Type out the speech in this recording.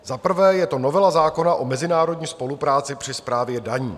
Za prvé je to novela zákona o mezinárodní spolupráci při správě daní.